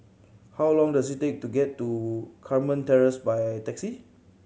how long does it take to get to Carmen Terrace by taxi